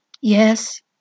Yes